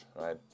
right